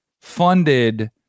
funded